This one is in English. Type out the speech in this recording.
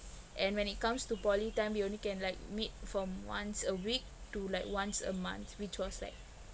and when it comes to poly time you only can like meet from once a week to like once a month which was like